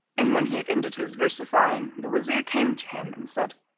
and when he had ended his versifying, the wazir came to him and said,